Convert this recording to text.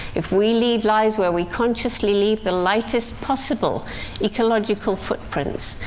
if we lead lives where we consciously leave the lightest possible ecological footprints,